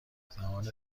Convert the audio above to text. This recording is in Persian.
زمان